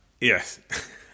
yes